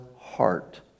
heart